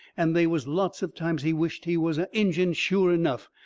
and they was lots of times he wisht he was a injun sure enough,